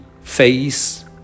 face